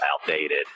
outdated